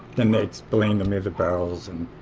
then they explained to me the barrels, and